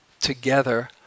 together